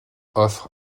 offre